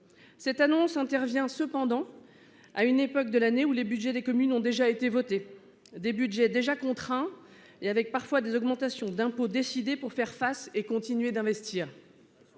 Cette annonce intervient cependant à une époque de l'année où les Budgets des communes ont déjà été voté des Budgets déjà contraint et avec parfois des augmentations d'impôts décidées pour faire face et continuer d'investir.